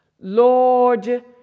Lord